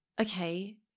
okay